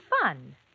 fun